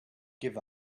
give